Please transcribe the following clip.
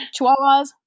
chihuahuas